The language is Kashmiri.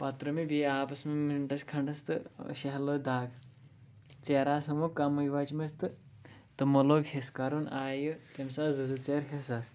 پَتہٕ ترٲو مےٚ بیٚیہِ آبَس منٛز مِنٹَس کھنٛڈَس تہٕ شہلو دَگ ژیرٕ آسہٕ ہموکھ کَمٕے وَچمژ تہٕ تٕمو لوگ حِصہٕ کَرُن آیہِ تٔمۍ ساتہٕ زٕ زٕ ژیرٕ حِصَس